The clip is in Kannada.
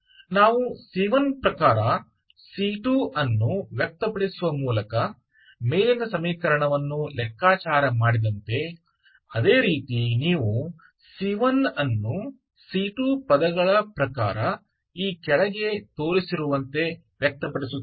ನಾವು c1 ಪ್ರಕಾರ c2 ಅನ್ನು ವ್ಯಕ್ತಪಡಿಸುವ ಮೂಲಕ ಮೇಲಿನ ಸಮೀಕರಣವನ್ನು ಲೆಕ್ಕಾಚಾರ ಮಾಡಿದಂತೆ ಅದೇ ರೀತಿ ನೀವು c1 ಅನ್ನು c2 ಪದಗಳ ಪ್ರಕಾರ ಈ ಕೆಳಗೆ ತೋರಿಸಿರುವಂತೆ ವ್ಯಕ್ತಪಡಿಸುತ್ತೀರಿ